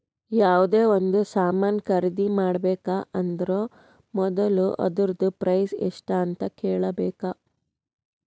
ಯಾವ್ದೇ ಒಂದ್ ಸಾಮಾನ್ ಖರ್ದಿ ಮಾಡ್ಬೇಕ ಅಂದುರ್ ಮೊದುಲ ಅದೂರ್ದು ಪ್ರೈಸ್ ಎಸ್ಟ್ ಅಂತ್ ಕೇಳಬೇಕ